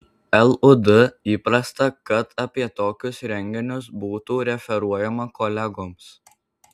lud įprasta kad apie tokius renginius būtų referuojama kolegoms